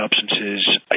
substances